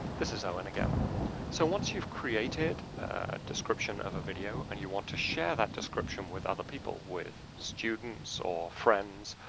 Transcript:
this is owen again so once you've created a description of a video and you want to share that description with other people, with students or friends,